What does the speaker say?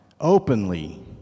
openly